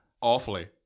awfully